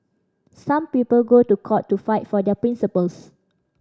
some people go to court to fight for their principles